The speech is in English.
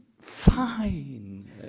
fine